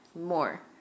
more